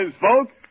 folks